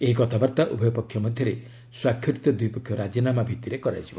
ଏହି କଥାବାର୍ତ୍ତା ଉଭୟ ପକ୍ଷ ମଧ୍ୟରେ ସ୍ୱାକ୍ଷରିତ ଦ୍ୱିପକ୍ଷିୟ ରାଜିନାମା ଭିତ୍ତିରେ ହେବ